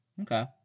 okay